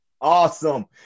Awesome